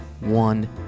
One